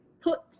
put